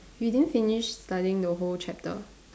you didn't finish studying the whole chapter